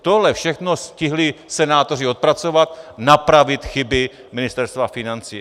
Tohle všechno stihli senátoři odpracovat, napravit chyby Ministerstva financí.